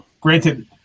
granted